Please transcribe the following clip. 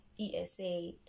esa